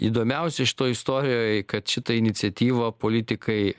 įdomiausia šitoj istorijoj kad šitą iniciatyvą politikai